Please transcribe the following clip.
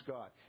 God